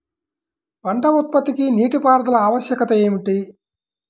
పంట ఉత్పత్తికి నీటిపారుదల ఆవశ్యకత ఏమిటీ?